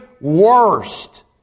worst